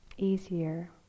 easier